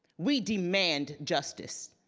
we demand justice,